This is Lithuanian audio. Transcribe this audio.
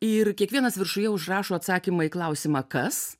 ir kiekvienas viršuje užrašo atsakymą į klausimą kas